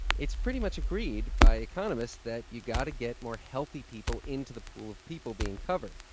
it's pretty much agreed by economists that you've got to get more healthy people into the pool of people being covered.